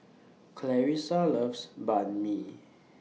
Clarisa loves Banh MI